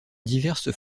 diverses